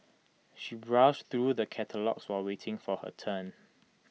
she browsed through the catalogues while waiting for her turn